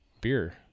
beer